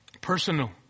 Personal